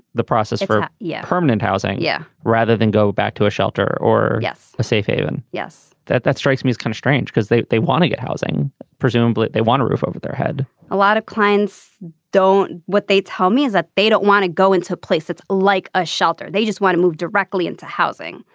the process for yeah permanent housing. yeah. rather than go back to a shelter or yes a safe haven yes that that strikes me is kind of strange because they they want to get housing presumably they want a roof over their head a lot of clients don't what they tell me is that they don't want to go into a place it's like a shelter. they just want to move directly into housing.